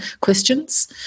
questions